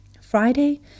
Friday